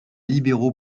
libéraux